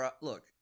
look